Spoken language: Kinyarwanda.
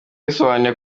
bisobanuye